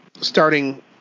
starting